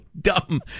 dumb